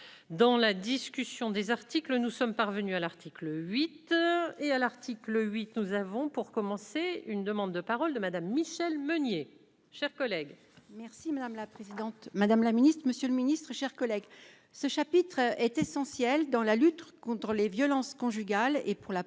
dans la discussion des articles, nous sommes parvenus à l'article 8 heures et à l'article 8, nous avons, pour commencer, une demande de parole de Madame Michelle Meunier, chers collègues. Merci madame la présidente, Madame la Ministre, Monsieur le Ministre, chers collègues, ce chapitre est essentiel dans la lutte contre les violences conjugales et pour la